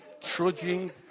Trudging